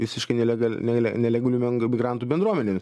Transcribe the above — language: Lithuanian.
visiškai nelegal nele nelegalių mi migrantų bendruomene